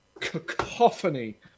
cacophony